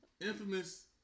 infamous